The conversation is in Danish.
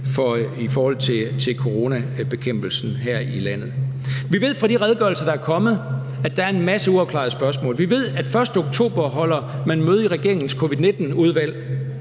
i forhold til coronabekæmpelsen her i landet. Vi ved fra de redegørelser, der er kommet, at der er en masse uafklarede spørgsmål. Vi ved, at man den 1. oktober holder møde i regeringens covid-19-udvalg.